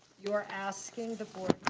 you're asking the board,